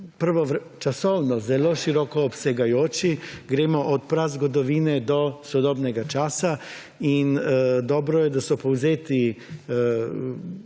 je časovno zelo široko obsegajoč. Gremo od prazgodovine do sodobnega časa in dobro je, da so povzeti